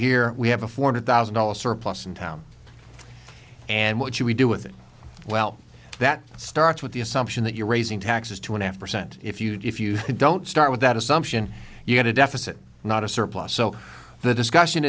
hear we have afforded thousand dollar surplus in town and what should we do with it well that starts with the assumption that you're raising taxes to an after cent if you if you don't start with that assumption you had a deficit not a surplus so the discussion